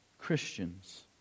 Christians